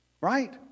right